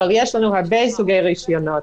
אבל יש לנו הרבה סוגי רישיונות.